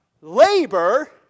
labor